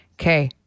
okay